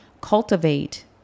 cultivate